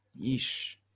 Yeesh